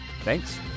thanks